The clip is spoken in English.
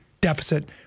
deficit